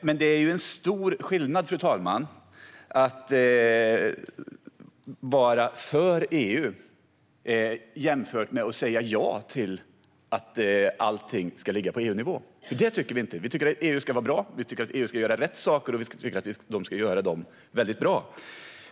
Men det är en stor skillnad, fru talman, mellan att vara för EU och att säga ja till att allting ska ligga på EU-nivå. Vi tycker inte att allting ska ligga på EU-nivå. Vi tycker att EU ska vara bra. Vi tycker att EU ska göra rätt saker, och vi tycker att EU ska göra de sakerna mycket bra.